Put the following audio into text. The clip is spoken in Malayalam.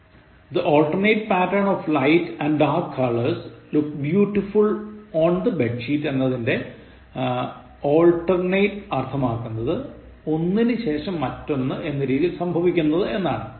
The alternate pattern of light and dark colours looked beautiful on the bed sheet എന്നതിൽ alternate അർത്ഥമാക്കുന്നത് ഒന്നിനു ശേഷം മറ്റൊന്ന് എന്ന രീതിയിൽ സംഭവിക്കുന്നത് എന്നാണ്